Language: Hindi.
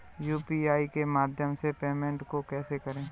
यू.पी.आई के माध्यम से पेमेंट को कैसे करें?